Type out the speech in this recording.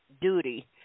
duty